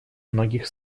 многих